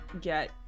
get